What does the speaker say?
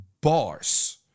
bars